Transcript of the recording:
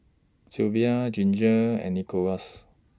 Sylva Ginger and Nicholaus